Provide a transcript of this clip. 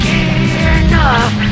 enough